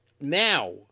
now